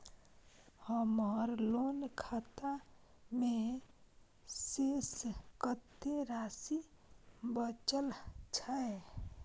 हमर लोन खाता मे शेस कत्ते राशि बचल छै?